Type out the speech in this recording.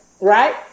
right